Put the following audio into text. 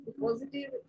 positive